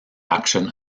action